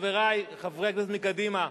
חברי חברי הכנסת מקדימה,